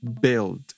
Build